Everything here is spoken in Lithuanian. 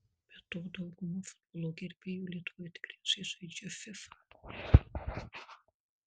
be to dauguma futbolo gerbėjų lietuvoje tikriausiai žaidžia fifa